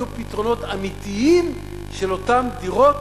יהיו פתרונות אמיתיים של אותן דירות